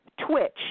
Twitch